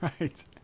Right